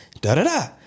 Da-da-da